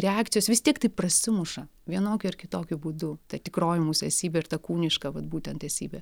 reakcijos vis tiek tai prasimuša vienokiu ar kitokiu būdu ta tikroji mūsų esybė ir ta kūniška vat būtent esybė